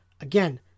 again